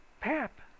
Pap